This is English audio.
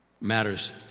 Matters